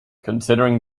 considering